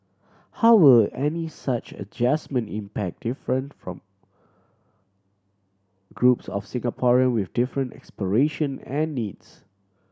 how will any such adjustment impact different from groups of Singaporean with different aspiration and needs